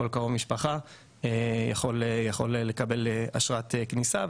כל קרוב משפחה יכול לקבל אשרת כניסה.